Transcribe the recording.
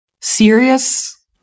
serious